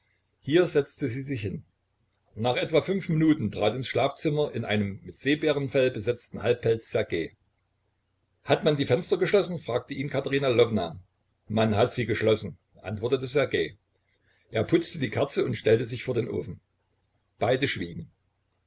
hier setzte sie sich hin nach etwa fünf minuten trat ins schlafzimmer in einem mit seebärenfell besetzten halbpelz ssergej hat man die fenster geschlossen fragte ihn katerina lwowna man hat sie geschlossen antwortete ssergej er putzte die kerze und stellte sich vor den ofen beide schwiegen